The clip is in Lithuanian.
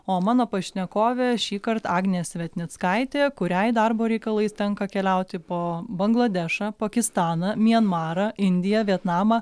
o mano pašnekovė šįkart agnė svetnickaitė kuriai darbo reikalais tenka keliauti po bangladešą pakistaną mianmarą indiją vietnamą